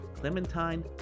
Clementine